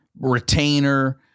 retainer